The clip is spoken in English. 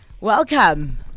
Welcome